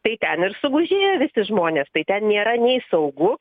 tai ten ir sugužėjo visi žmonės tai ten nėra nei saugu